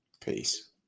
peace